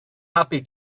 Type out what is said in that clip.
happy